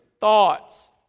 thoughts